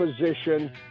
position